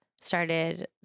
started